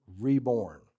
reborn